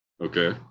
Okay